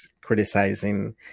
criticizing